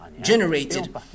generated